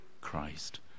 Christ